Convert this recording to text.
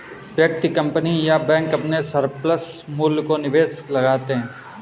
व्यक्ति, कंपनी या बैंक अपने सरप्लस मूल्य को निवेश में लगाते हैं